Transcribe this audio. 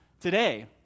today